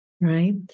Right